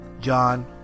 John